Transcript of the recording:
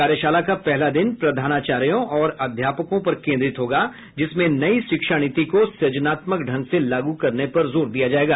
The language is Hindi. कार्यशाला का पहला दिन प्रधानाचार्यों और अध्यापकों पर केन्द्रित होगा जिसमें नयी शिक्षा नीति को सुजनात्मक ढंग से लागू करने पर जोर दिया जाएगा